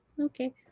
okay